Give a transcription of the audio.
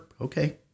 okay